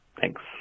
Thanks